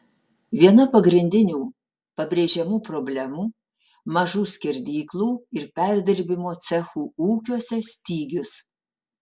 viena pagrindinių pabrėžiamų problemų mažų skerdyklų ir perdirbimo cechų ūkiuose stygius